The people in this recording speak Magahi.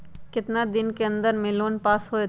कितना दिन के अन्दर में लोन पास होत?